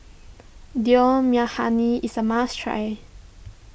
Dal Makhani is a must try